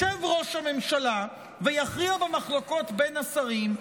ישב ראש הממשלה ויכריע במחלוקות בין השרים,